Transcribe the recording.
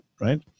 right